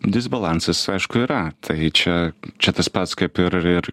disbalansas aišku yra tai čia čia tas pats kaip ir ir